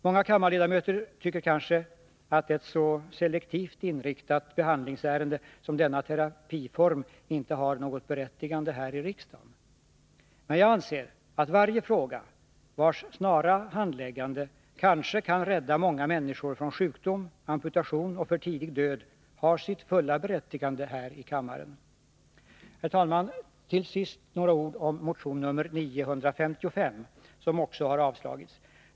Många kammarledamöter tycker kanske att ett så selektivt inriktat behandlingsärende som denna terapiform inte har något berättigande här i riksdagen. Men jag anser att varje fråga, vars snara handläggande kanske kan rädda många människor från sjukdom, amputation och för tidig död, har sitt fulla berättigande häri kammaren. Herr talman! Till sist några ord om motion 955, som också har avstyrkts.